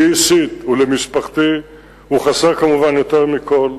לי אישית ולמשפחתי הוא חסר כמובן יותר מכול,